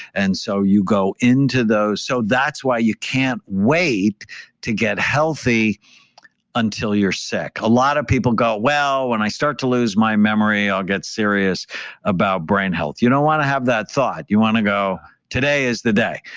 and so you go into those. so that's why you can't wait to get healthy until you're sick. a lot of people well, when i start to lose my memory i'll get serious about brain health. you don't want to have that thought. you want to go today is the day.